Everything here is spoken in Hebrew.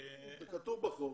זה כתוב בחוק.